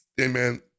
Amen